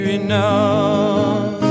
enough